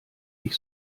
ich